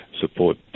support